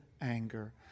anger